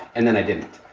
and then i didn't.